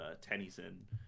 Tennyson